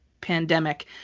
pandemic